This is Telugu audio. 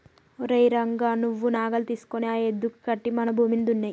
ఓరై రంగ నువ్వు నాగలి తీసుకొని ఆ యద్దుకి కట్టి మన భూమిని దున్నేయి